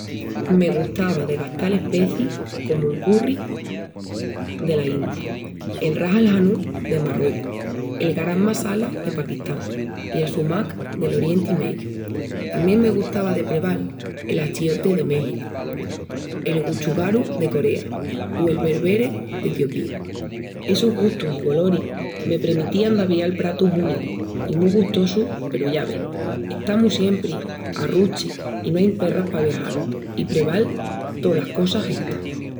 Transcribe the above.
Me gustava de gastal especis comu'l curri dela India, el ras-el-hanout de Marruecus, el garam masala de Paquistán i el sumac del Orenti Meyu. Tamién me gustava de preval el achiote de Méxicu, el gochugaru de Corea o el berbere d'Etiopía. Essus gustus i goloris me premitían d'avial pratus únicus i mu gustosus peru ya ves, estamus siempri a ruchi i no ain perras pa viajal i preval tolas cosas estas!